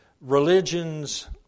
religions